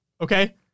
okay